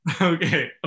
Okay